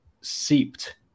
seeped